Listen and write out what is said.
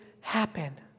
happen